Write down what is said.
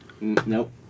Nope